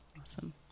Awesome